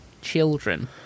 children